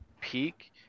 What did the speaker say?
peak